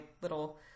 little